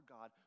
God